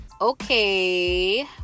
Okay